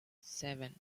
seven